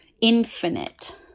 infinite